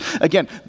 again